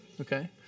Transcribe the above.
okay